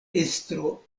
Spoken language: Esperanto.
estro